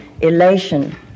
elation